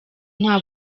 nta